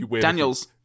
Daniels